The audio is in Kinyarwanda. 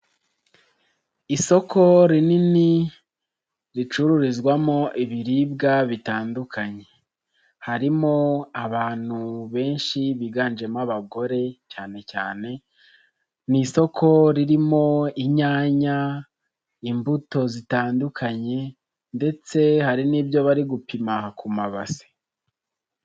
Isoko rinini ricururizwamo ibiribwa bitandukanye harimo abantu benshi biganjemo abagore cyane cyane, ni isoko ririmo inyanya, imbuto zitandukanye ndetse hari n'ibyo bari gupima ku mabasi.